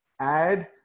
add